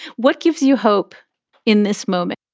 what gives you hope in this moment?